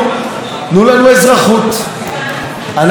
אנחנו דורשים אזרחות שווה,